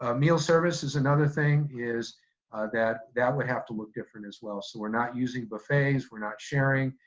ah meal service is another thing, is that that would have to look different as well. so we're not using buffets, we're not sharing,